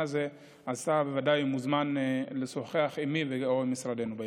הזה אז אתה בוודאי מוזמן לשוחח עימי או עם משרדנו.